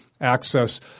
access